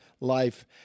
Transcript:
life